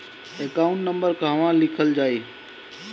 Account number कहवा लिखल जाइ?